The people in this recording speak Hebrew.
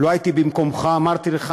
לו הייתי במקומך אמרתי לך,